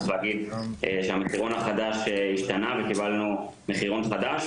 צריך להגיד שהמחירון החדש השתנה וקיבלנו מחירון חדש,